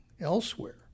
elsewhere